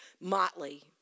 Motley